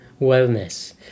wellness